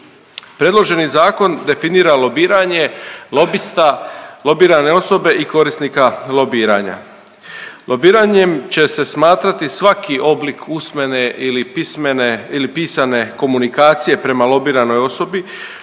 Predloženi zakon definira lobiranje lobista, lobirane osobe i korisnika lobiranja. Lobiranjem će se smatrati svaki oblik usmene ili pismene ili pisane komunikacije prema lobiranoj osobi,